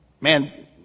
man